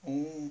orh